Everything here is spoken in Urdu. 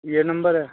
یہ نمبر ہے